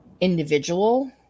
individual